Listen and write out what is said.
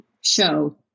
show